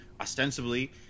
ostensibly